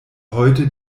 heute